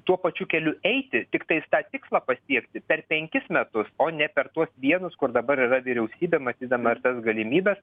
tuo pačiu keliu eiti tiktais tą tikslą pasiekti per penkis metus o ne per tuos vienus kur dabar yra vyriausybė matydama ir tas galimybes